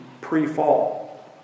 pre-fall